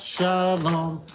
Shalom